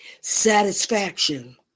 satisfaction